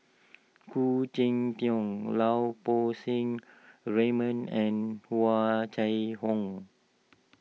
Khoo Cheng Tiong Lau Poo Seng Raymond and Hua Chai Hong